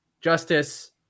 Justice